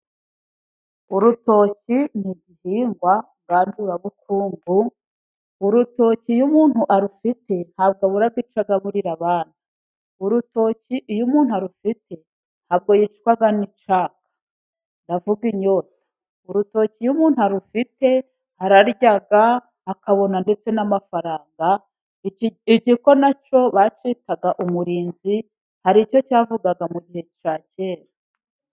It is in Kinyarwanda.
Urutoki ni igihingwa ngandurabukungu. Urutoki iyo umuntu arufite ntabwo abura icyo agaburira abana. Urutoki iyo umuntu arufite ntabwo yicwa n'icyaka, ndavuga inyota. Urutoki iyo umuntu arufite ararya akabona ndetse n'amafaranga. Igiko na cyo bacyitaga umurinzi, hari icyo cyavugaga mu gihe cya kera.